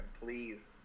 Please